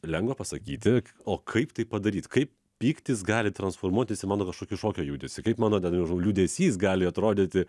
lengva pasakyti o kaip tai padaryt kaip pyktis gali transformuotis ir mano kažkokį šokio judesį kaip mano ten nežinau liūdesys gali atrodyti